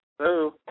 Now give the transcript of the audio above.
Hello